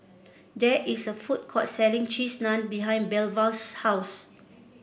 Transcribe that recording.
there is a food court selling Cheese Naan behind Belva's house